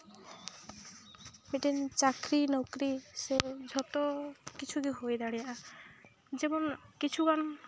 ᱢᱤᱫᱴᱟᱝ ᱪᱟᱹᱠᱨᱤ ᱱᱩᱠᱨᱤ ᱥᱮ ᱡᱷᱚᱛᱚ ᱠᱤᱪᱷᱩ ᱜᱮ ᱦᱩᱭ ᱫᱟᱲᱮᱭᱟᱜᱼᱟ ᱡᱮᱢᱚᱱ ᱠᱤᱪᱷᱩᱜᱟᱱ